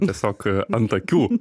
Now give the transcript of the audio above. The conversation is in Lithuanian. tiesiog ant akių